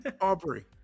Aubrey